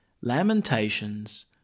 Lamentations